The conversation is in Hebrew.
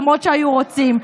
למרות שהיו רוצים,